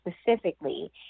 specifically